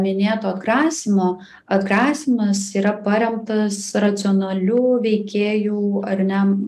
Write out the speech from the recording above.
minėto atgrasymo atgrasymas yra paremtas racionalių veikėjų ar ne